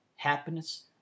Happiness